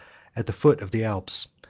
at the foot of the alps.